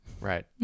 Right